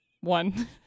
one